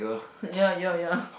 ya ya ya